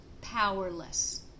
powerless